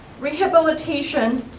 rehabilitation,